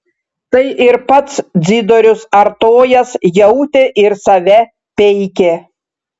tai ir pats dzidorius artojas jautė ir save peikė